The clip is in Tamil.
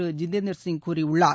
ஐிதேந்திர சிங் கூறியுள்ளார்